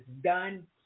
done